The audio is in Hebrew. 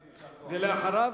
ואחריו,